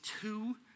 two